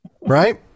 right